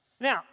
Now